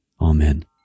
Amen